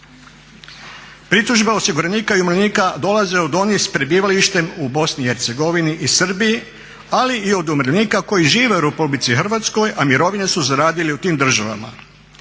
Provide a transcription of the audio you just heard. Pritužba osiguranika i umirovljenika dolaze od onih s prebivalištem u BiH i Srbiji, ali i od umirovljenika koji žive u RH a mirovine su zaradili u tim državama.